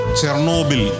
Chernobyl